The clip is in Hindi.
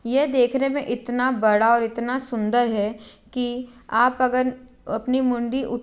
ये देखने में इतना बड़ा और इतना सुंदर है कि आप अगर अपनी मुंडी उठ